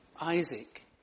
Isaac